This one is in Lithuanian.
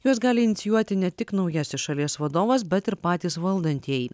juos gali inicijuoti ne tik naujasis šalies vadovas bet ir patys valdantieji